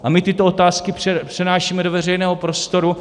A my tyto otázky přenášíme do veřejného prostoru.